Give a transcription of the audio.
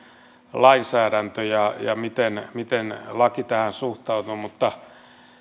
lainsäädäntö ja ja miten miten laki tähän suhtautuu mutta